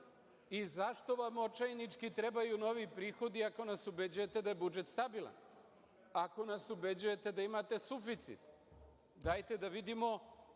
i zašto vam očajnički trebaju novi prihodi ako nas ubeđujete da je budžet stabilan, ako nas ubeđujete da imate suficit? Dajte da vidimo